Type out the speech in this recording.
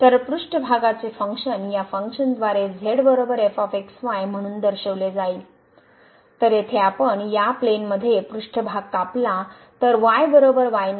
तर पृष्ठभागाचे फंक्शन या फंक्शन द्वारे z f x y म्हणून दर्शविले जाईल तर येथे आपण या प्लेन मध्ये पृष्ठभाग कापला तर y y0